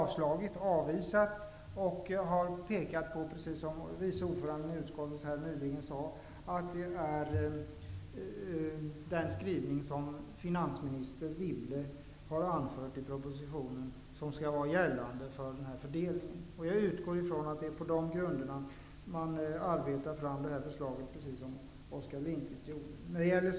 Vi har pekat på, precis som vice ordföranden i utskottet nyss sade, att det är den skrivning som finansminister Wibble har anfört i propositionen som skall gälla för fördelningen. Jag utgår från att det är på de grunderna som man arbetar fram det här förslaget, precis som Oskar Lindkvist sade.